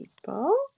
people